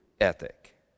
ethic